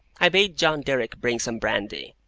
i bade john derrick bring some brandy,